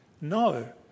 No